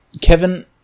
Kevin